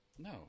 No